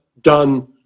done